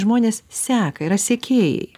žmonės seka yra sekėjai